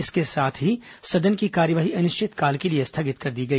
इसके साथ ही सदन की कार्यवाही अनिश्चितकाल के लिए स्थगित कर दी गई